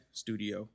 studio